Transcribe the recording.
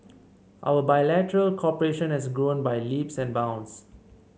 our bilateral cooperation has grown by leaps and bounds